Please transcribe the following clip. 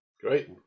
Great